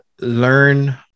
learn